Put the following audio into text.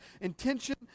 intention